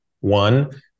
One